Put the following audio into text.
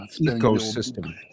ecosystem